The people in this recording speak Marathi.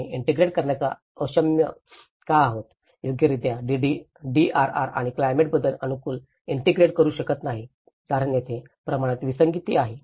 आम्ही ईंटेग्रेट करण्यात अक्षम का आहोत योग्यरित्या DRR आणि क्लायमेट बदल अनुकूलन ईंटेग्रेट करू शकत नाही कारण तेथे प्रमाणात विसंगती आहेत